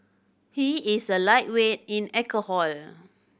he is a lightweight in alcohol